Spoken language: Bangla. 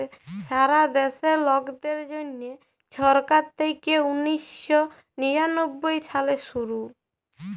ছারা দ্যাশে লকদের জ্যনহে ছরকার থ্যাইকে উনিশ শ নিরানব্বই সালে শুরু